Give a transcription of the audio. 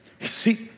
See